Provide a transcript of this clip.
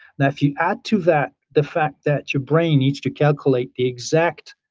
now if you add to that the fact that your brain needs to calculate the exact